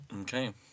Okay